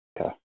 Okay